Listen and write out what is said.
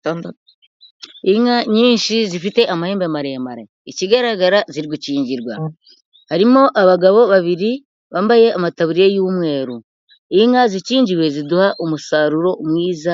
Inka nyinshi zifite amahembe maremare, ikigaragara zikingirwa, harimo abagabo babiri bambaye amataburiya y'umweru, inka zikingiwe ziduha umusaruro mwiza.